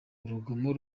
urugomo